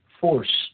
force